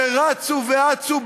שרצו ואצו בהמוניהם,